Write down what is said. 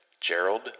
Gerald